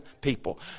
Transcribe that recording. people